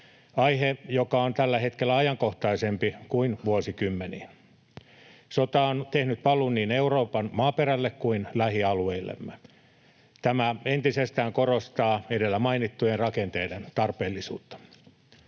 Aihe, joka on tällä hetkellä ajankohtaisempi kuin vuosikymmeniin. Sota on tehnyt paluun niin Euroopan maaperälle kuin myös lähialueillemme. Tämä entisestään korostaa edellä mainittujen rakenteiden tarpeellisuutta.